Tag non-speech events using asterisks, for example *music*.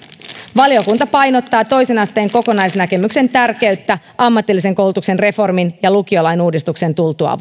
valiokunta painottaa toisen asteen kokonaisnäkemyksen tärkeyttä ammatillisen koulutuksen reformin ja lukiolain uudistuksen tultua *unintelligible*